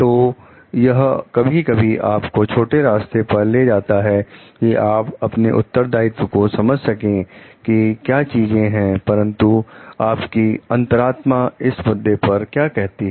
तो यह कभी कभी आपको छोटे रास्ते पर ले जाता है कि आप अपने उत्तरदायित्व को समझ सके की क्या चीजें हैं परंतु आपकी अंतरात्मा इस मुद्दे पर क्या कहती है